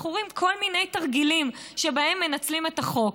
אנחנו רואים כל מיני תרגילים שבהם מנצלים את החוק.